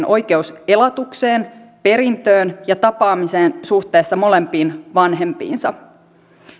oikeus elatukseen perintöön ja tapaamiseen suhteessa molempiin vanhempiinsa